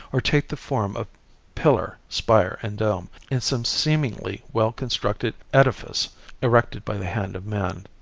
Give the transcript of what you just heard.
or take the form of pillar, spire and dome, in some seemingly well-constructed edifice erected by the hand of man.